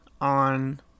on